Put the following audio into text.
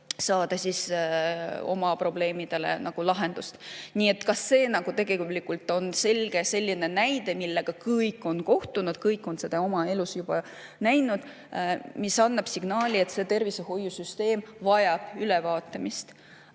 saada oma probleemidele lahendus. Nii et ka see on tegelikult selgelt selline näide, millega kõik on kohtunud, kõik on seda oma elus näinud. See annab signaali, et tervishoiusüsteem vajab ülevaatamist.